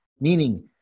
meaning